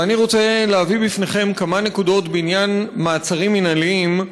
ואני רוצה להביא בפניכם כמה נקודות בעניין מעצרים מינהליים,